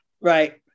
Right